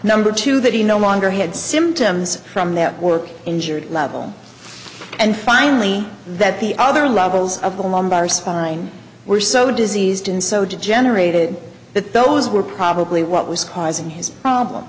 number two that he no longer had symptoms from that work injured level and finally that the other levels of the lumbar spine were so diseased and so degenerated that those were probably what was causing his problem